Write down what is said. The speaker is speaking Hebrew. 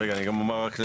רגע אני גם אומר לגבי,